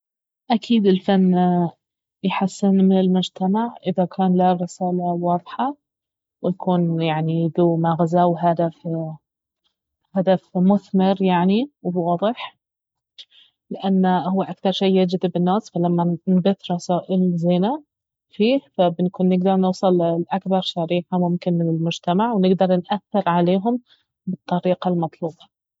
اكيد الفن يحسن من المجتمع اذا كان له رسالة واضحة ويكون يعني ذو مغزى وهدف هدف مثمر يعني وواضح لانه اهو اكثر شي يجذب الناس فلما نبث رسائل زينة فيه فبنكون نقدر نوصل لاكبر شريحة ممكن من المجتمع ونقدر نأثر عليهم بالطريقة المطلوبة